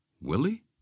Willie